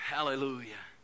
Hallelujah